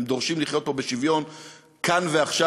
הם דורשים לחיות פה בשוויון כאן ועכשיו.